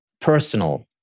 personal